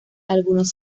algunos